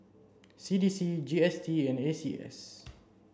C D C G S T and A C S